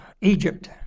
Egypt